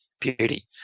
Beauty